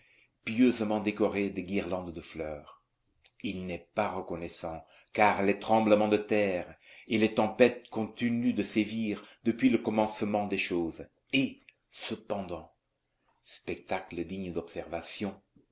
pieusement décorés de guirlandes de fleurs il n'est pas reconnaissant car les tremblements de terre et les tempêtes continuent de sévir depuis le commencement des choses et cependant spectacle digne d'observation